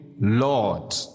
Lord